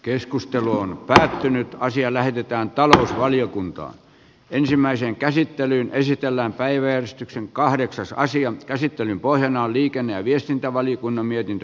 keskustelu on päätynyt asia lähetetään talousvaliokuntaan ensimmäisen käsittelyn esitellään päiväystyksen kahdeksasta asian käsittelyn pohjana on liikenne ja viestintävaliokunnan mietintö